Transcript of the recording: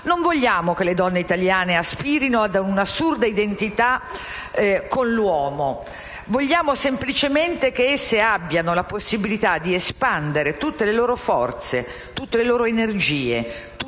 non vogliamo che le donne italiane aspirino ad un'assurda identità con l'uomo; vogliamo semplicemente che esse abbiano la possibilità di espandere tutte le loro forze, tutte le loro energie e tutta la loro volontà